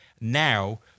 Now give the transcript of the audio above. Now